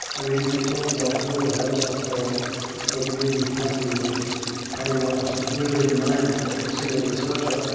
i mean, if you talk about global health of course it's not really something which is coming out of the brilliant mind of a single researcher,